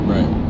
Right